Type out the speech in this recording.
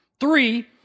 Three